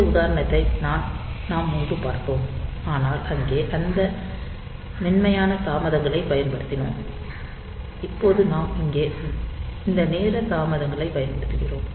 இந்த உதாரணத்தை நாம் முன்பு பார்த்தோம் ஆனால் அங்கே நாம் அந்த மென்மையான தாமதங்களைப் பயன்படுத்தினோம் இப்போது நாம் இங்கே இந்த நேர தாமதங்களைப் பயன்படுத்துகிறோம்